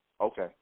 Okay